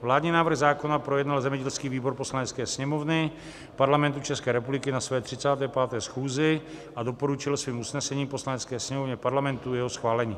Vládní návrh zákona projednal zemědělský výbor Poslanecké sněmovny Parlamentu České republiky na své 35. schůzi a doporučil svým usnesením Poslanecké sněmovně Parlamentu jeho schválení.